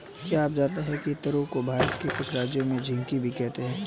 क्या आप जानते है तुरई को भारत के कुछ राज्यों में झिंग्गी भी कहते है?